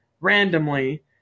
randomly